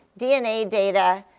dna data,